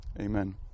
Amen